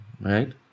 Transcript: right